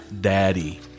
daddy